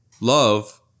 love